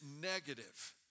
negative